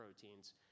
proteins